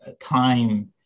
time